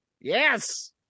Yes